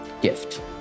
gift